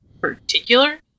particular